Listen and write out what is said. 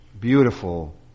Beautiful